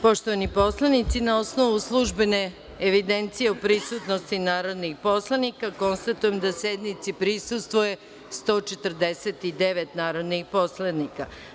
Poštovani poslanici na osnovu službene evidencije o prisutnosti narodnih poslanika, konstatujem da sednici prisustvuje 149 narodnih poslanika.